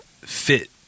fit